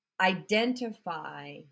identify